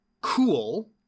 cool